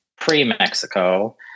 pre-Mexico